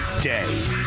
day